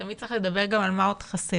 תמיד צריך לדבר גם על מה עוד חסר.